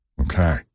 Okay